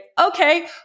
okay